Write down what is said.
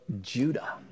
Judah